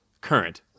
current